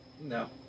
no